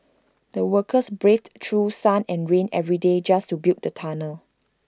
the workers braved through sun and rain every day just to build the tunnel